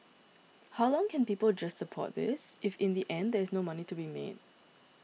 how long can people just support this if in the end there is no money to be made